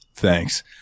Thanks